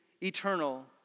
eternal